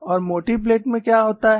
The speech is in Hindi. और मोटी प्लेट में क्या होता है